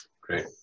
Great